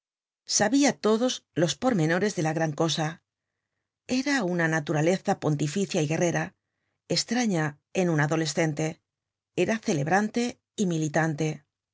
sabia todos los pormenores de la gran cosa era una naturaleza pontificia y guerrera estraña en un adolescente era celebrante y militante